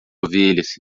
ovelhas